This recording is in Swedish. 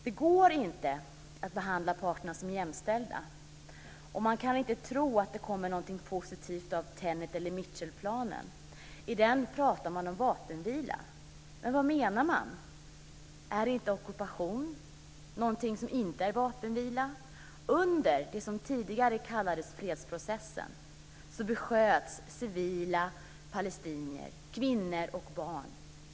Det går inte att behandla parterna som jämställda. Man kan inte tro att det kommer något positivt av Tenet eller Mitchellplanen. Där pratar man om vapenvila. Men vad menar man? Är inte ockupation någonting som inte är vapenvila? Under det som tidigare kallades fredsprocessen besköts civila palestinier, kvinnor och barn.